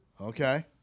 Okay